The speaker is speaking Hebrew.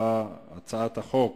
הצעת החוק